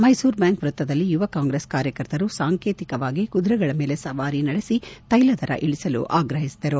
Mysuru bank ವೃತ್ತದಲ್ಲಿ ಯುವ Congress ಕಾರ್ಯಕರ್ತರು ಸಾಂಕೇತಿಕವಾಗಿ ಕುದುರೆಗಳ ಮೇಲೆ ಸವಾರಿ ನಡೆಸಿ ತೈಲ ದರ ಇಳಿಸಲು ಆಗ್ರಹಿಸಿದರು